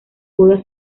boda